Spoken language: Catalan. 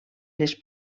les